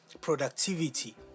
productivity